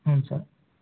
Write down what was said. ಹ್ಞೂ ಸರ್